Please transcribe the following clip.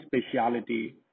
speciality